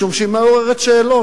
משום שהיא מעוררת שאלות.